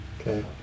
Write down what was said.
Okay